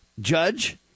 Judge